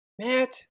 matt